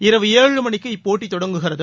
இரவு ஏழு மணிக்கு இப்போட்டி தொடங்குகிறது